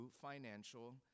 financial